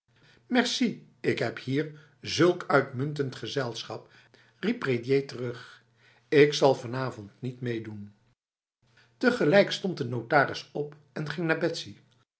merci ik heb hier zulk uitmuntend gezelschap riep prédier terug ik zal vanavond niet meedoen tegelijk stond de notaris op en ging naar betsy